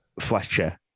Fletcher